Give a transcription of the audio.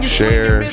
share